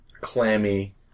clammy